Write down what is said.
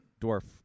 dwarf